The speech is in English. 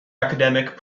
academic